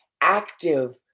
active